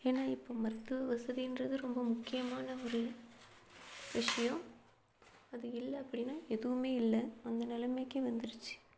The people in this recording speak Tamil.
ஏன்னா இப்போது மருத்துவ வசதின்றது ரொம்ப முக்கியமான ஒரு விஷயம் அது இல்லை அப்படின்னா எதுவும் இல்லை அந்த நிலமைக்கு வந்துடுச்சி